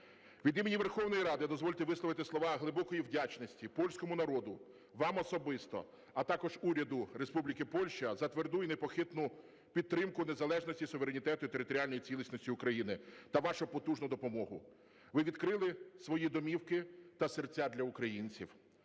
Від імені Верховної Ради дозвольте висловити слова глибокої вдячності польському народу, вам особисто, а також уряду Республіки Польща за тверду і непохитну підтримку незалежності, суверенітету і територіальній цілісності України та вашу потужну допомогу. Ви відкрили свої домівки та серця для українців.